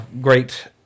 Great